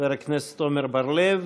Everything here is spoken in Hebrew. חבר הכנסת עמר בר-לב,